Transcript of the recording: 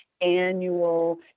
annual